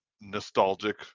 nostalgic